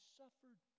suffered